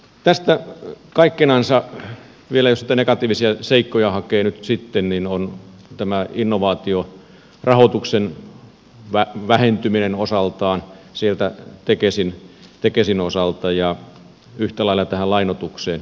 tästä kaikkinensa vielä jos niitä negatiivisia seikkoja hakee nyt sitten yksi on tämä innovaatiorahoituksen vähentyminen osaltaan sieltä tekesin osalta ja yhtä lailla tähän lainoitukseen